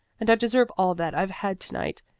and i deserve all that i've had to-night,